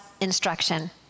instruction